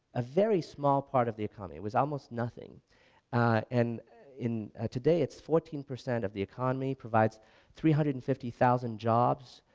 a very small part of the economy it was almost nothing and in today it's fourteen percent of the economy provides three hundred and fifty thousand jobs,